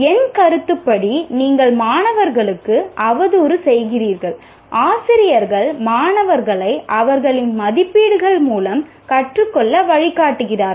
என் கருத்துப்படி நீங்கள் மாணவர்களுக்கு அவதூறு செய்கிறீர்கள் ஆசிரியர்கள் மாணவர்களை அவர்களின் மதிப்பீடுகள் மூலம் கற்றுக்கொள்ள வழிகாட்டுகிறார்கள்